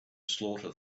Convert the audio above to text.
slaughter